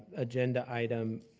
agenda item,